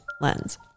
Lens